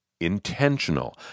intentional